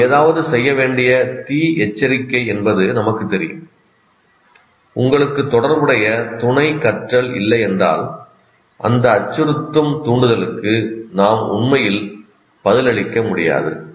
நாம் ஏதாவது செய்ய வேண்டிய தீ எச்சரிக்கை என்பது நமக்குத் தெரியும் உங்களுக்கு தொடர்புடைய துணை கற்றல் இல்லையென்றால் அந்த அச்சுறுத்தும் தூண்டுதலுக்கு நாம் உண்மையில் பதிலளிக்க முடியாது